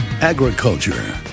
Agriculture